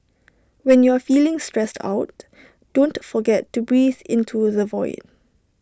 when you are feeling stressed out don't forget to breathe into the void